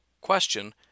question